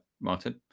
Martin